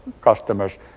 customers